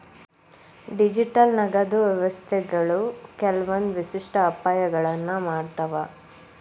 digital ನಗದು ವ್ಯವಸ್ಥೆಗಳು ಕೆಲ್ವಂದ್ ವಿಶಿಷ್ಟ ಅಪಾಯಗಳನ್ನ ಮಾಡ್ತಾವ